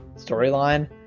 storyline